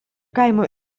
kaimo